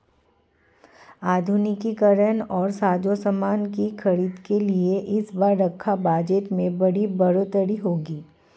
आधुनिकीकरण और साजोसामान की खरीद के लिए इस बार रक्षा बजट में बड़ी बढ़ोतरी होगी